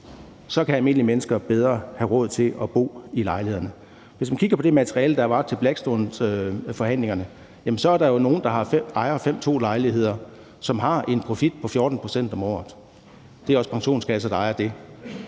så får almindelige mennesker bedre råd til at bo i lejlighederne. Hvis man kigger på det materiale, der var til Blackstoneforhandlingerne, ser man, at der er nogle, der ejer § 5.2-lejligheder, og som har en profit på 14 pct. om året. Det er også pensionskasser, der ejer dem.